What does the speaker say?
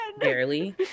Barely